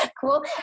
cool